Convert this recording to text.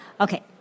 Okay